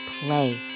play